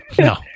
No